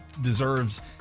deserves